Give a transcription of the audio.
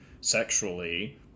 sexually